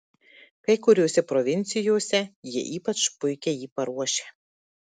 kai kuriose provincijose jie ypač puikiai jį paruošia